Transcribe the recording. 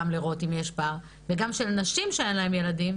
לראות אם יש פער וגם של נשים שאין להן ילדים,